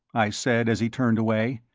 i said as he turned away.